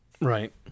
right